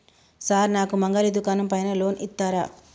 Sir నాకు మంగలి దుకాణం పైన లోన్ ఇత్తరా?